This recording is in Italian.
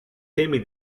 temi